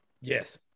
Yes